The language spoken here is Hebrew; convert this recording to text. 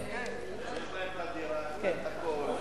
יש להם הדירה, יש להם הכול,